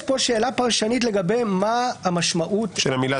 יש כאן שאלה פרשנית לגבי מה המשמעות של המילה